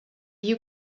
you